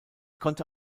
konnte